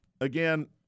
again